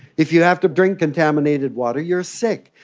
if you have to drink contaminated water, you're sick.